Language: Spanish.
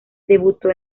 debutó